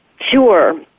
Sure